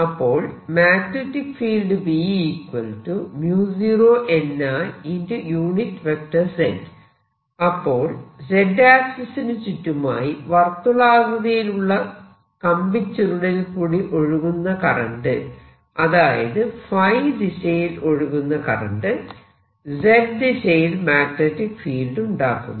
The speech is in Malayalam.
അപ്പോൾ മാഗ്നെറ്റിക് ഫീൽഡ് അപ്പോൾ Z ആക്സിസിനു ചുറ്റുമായി വർത്തുളാകൃതിയിൽ ഉള്ള കമ്പിചുരുളിൽ കൂടി ഒഴുകുന്ന കറന്റ് അതായത് ϕ ദിശയിൽ ഒഴുകുന്ന കറന്റ് Z ദിശയിൽ മാഗ്നെറ്റിക് ഫീൽഡ് ഉണ്ടാക്കുന്നു